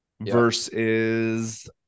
versus